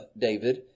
David